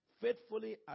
faithfully